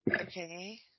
Okay